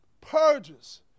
purges